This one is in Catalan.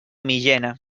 millena